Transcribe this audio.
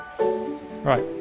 Right